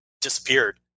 disappeared